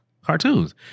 cartoons